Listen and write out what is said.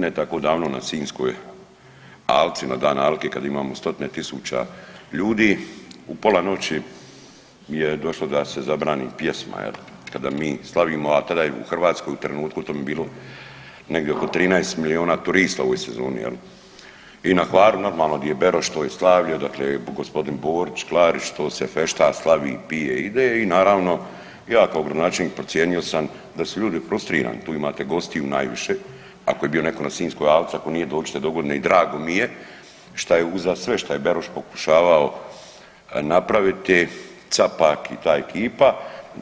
Ne tako davno na Sinjskoj alci, na dan alke kada imamo stotine tisuća ljudi u pola noći mi je došlo da se zabrani pjesma jel, pa da mi slavimo a tada je u Hrvatskoj u trenutku tom bilo negdje oko 13 miliona turista u ovoj sezoni jel i na Hvaru normalno gdje je Beroš to je slavlje odakle je gospodin Borić, Klarić to se fešta, slavi, pije, jide i naravno ja kao gradonačelnik procijenio sam da su ljudi frustrirani, tu imate gostiju najviše, ako je bio netko na Sinjskoj alci, ako nije dođite dogodine i drago mi je šta je uza sve šta je Beroš pokušavao napraviti, Capak i ta ekipa